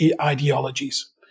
ideologies